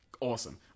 Awesome